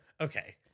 Okay